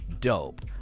dope